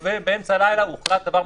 או עוצר חלקי,